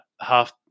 half